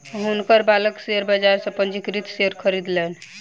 हुनकर बालक शेयर बाजार सॅ पंजीकृत शेयर खरीदलैन